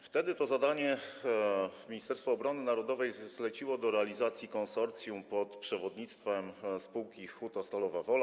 Wtedy to zadanie Ministerstwo Obrony Narodowej zleciło do realizacji konsorcjum pod przewodnictwem spółki Huta Stalowa Wola.